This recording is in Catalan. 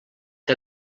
que